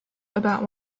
about